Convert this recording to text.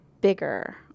bigger